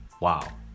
Wow